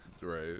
Right